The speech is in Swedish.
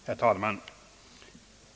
Herr talman!